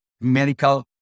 medical